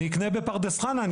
אני אקנה בפרדס חנה,